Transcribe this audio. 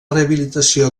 rehabilitació